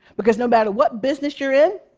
because no matter what business you're in,